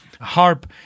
Harp